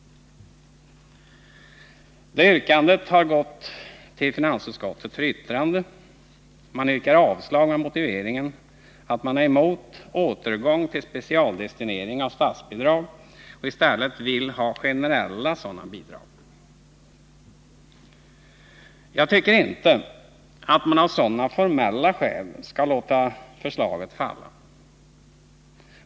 Det yrkandet har gått till finansutskottet för yttrande. Man yrkar avslag med motiveringen att man är emot en återgång till specialdestinering av statsbidrag och att man i stället vill ha generella bidrag. Jag tycker inte att man av sådana formella skäl skall låta förslaget falla.